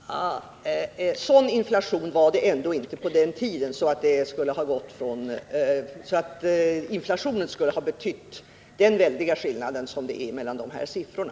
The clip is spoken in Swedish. Herr talman! En sådan inflation var det ändå inte på den tiden att den motsvarar den väldiga skillnaden mellan de här siffrorna.